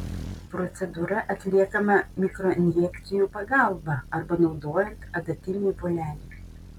procedūra atliekama mikroinjekcijų pagalba arba naudojant adatinį volelį